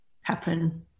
happen